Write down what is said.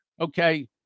okay